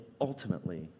ultimately